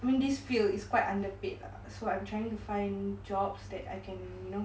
I mean this field is quite underpaid lah so I'm trying to find jobs that I can you know